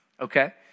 Okay